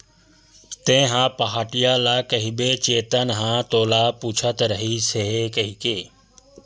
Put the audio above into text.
तेंहा पहाटिया ल कहिबे चेतन ह तोला पूछत रहिस हे कहिके